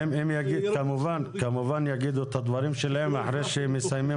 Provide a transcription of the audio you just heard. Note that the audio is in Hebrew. הם כמובן יגידו את הדברים שלהם אחרי שמסיימים